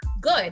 good